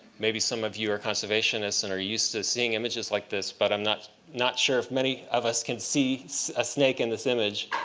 maybe some of you are conservationists and are used to seeing images like this, but i'm not not sure if many of us can see a snake in this image.